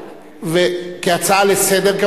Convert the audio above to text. כהצעה לסדר-היום,